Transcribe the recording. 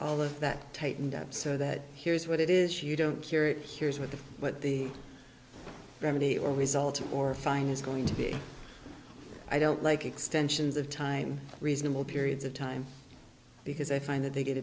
all of that tightened up so that here's what it is you don't hear it here is what the what the remedy or result or fine is going to be i don't like extensions of time reasonable periods of time because i find that they get